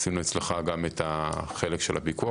עשינו אצלך גם את החלק של הפיקוח,